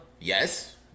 Yes